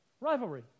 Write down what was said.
Rivalry